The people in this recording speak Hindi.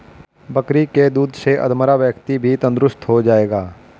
बकरी के दूध से अधमरा व्यक्ति भी तंदुरुस्त हो जाएगा